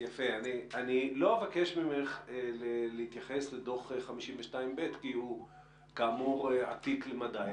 אני לא אבקש ממך להתייחס לדוח 52ב' כי כאמור הוא עתיק למדי.